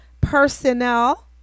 Personnel